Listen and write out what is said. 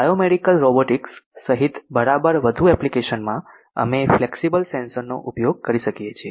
biomedical robotics સહિત બરાબર બધુ એપ્લિકેશનમાં અમે ફ્લેક્સિબલ સેન્સર નો ઉપયોગ કરી શકીએ છીએ